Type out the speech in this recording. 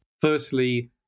Firstly